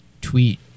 tweet